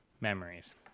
memories